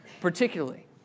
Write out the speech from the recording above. particularly